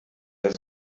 das